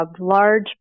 large